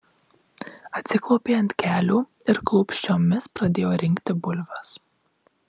atsiklaupė ant kelių ir klūpsčiomis pradėjo rinkti bulves